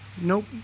Nope